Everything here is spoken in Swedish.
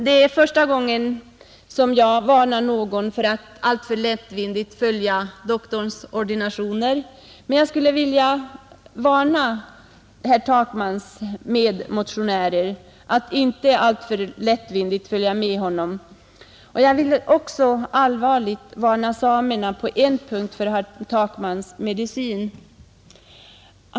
Detta är första gången som jag varnar någon för att alltför lättvindigt följa doktorns ordinationer, men jag skulle vilja varna herr Takmans medmotionärer för att alltför lättvindigt följa med honom. Jag vill också allvarligt varna samerna på en punkt för herr Takmans medicin.